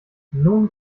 nun